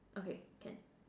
okay can